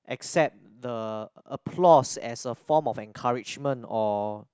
accept the applause as a form of encouragement or